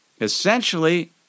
essentially